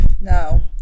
no